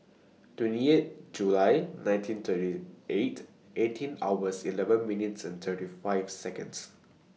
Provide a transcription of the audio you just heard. twenty eight July nineteen thirty eight eighteen hours eleven minutes thirty five Seconds